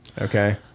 Okay